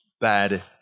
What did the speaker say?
bad